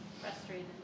Frustrated